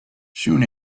soon